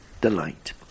delight